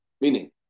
Meaning